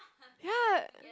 ya